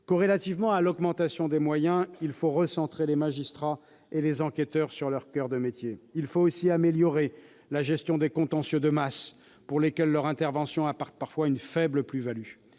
Corrélativement à l'augmentation des moyens, il faut recentrer les magistrats et les enquêteurs sur leur coeur de métier. Il faut aussi améliorer la gestion des contentieux de masse pour lesquels leur intervention apporte parfois une faible plus-value.